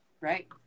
Right